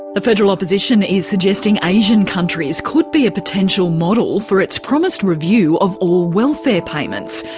the federal opposition is suggesting asian countries could be a potential model for its promised review of all welfare payments.